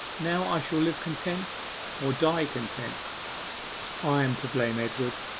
now i shall live content or die content i am to blame, edward,